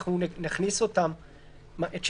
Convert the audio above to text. נכון, אנחנו נעביר את זה לשם.